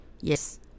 yes